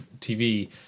tv